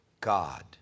God